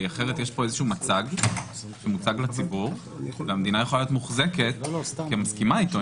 אחרת יש פה מצג לציבור שהמדינה יכולה להיות מוחזקת כמסכימה איתו,